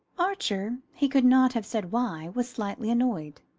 archer, he could not have said why, was slightly annoyed.